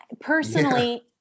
personally